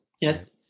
Yes